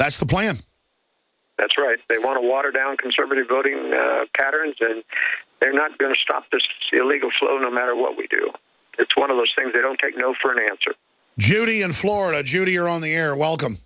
that's the plan that's right they want to water down conservative voting patterns and they're not going to stop this to illegal flow no matter what we do it's one of those things they don't take no for an answer judy in florida judy you're on the air welcome